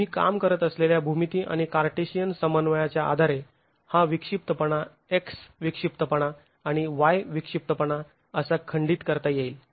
तुम्ही काम करत असलेल्या भूमिती आणि कार्टेशियन समन्वयाच्या आधारे हा विक्षिप्तपणा x विक्षिप्तपणा आणि y विक्षिप्तपणा असा खंडित करता येईल